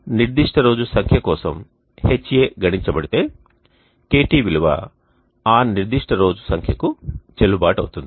నిర్దిష్ట రోజు సంఖ్య కోసం Ha గణించబడితే KT విలువ ఆ నిర్దిష్ట రోజు సంఖ్యకు చెల్లుబాటు అవుతుంది